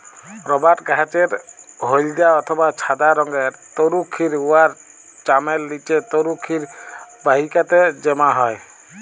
রবাট গাহাচের হইলদ্যা অথবা ছাদা রংয়ের তরুখির উয়ার চামের লিচে তরুখির বাহিকাতে জ্যমা হ্যয়